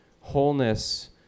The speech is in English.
wholeness